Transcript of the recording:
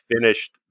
finished